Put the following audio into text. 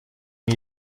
این